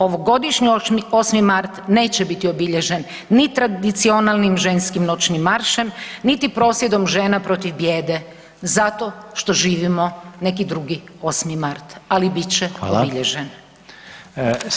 Ovogodišnji 8. mart neće biti obilježen ni tradicionalnim ženskim noćnim maršem, niti prosvjedom žena protiv bijede, zato što živimo neki drugi 8. mart, ali bit će obilježen.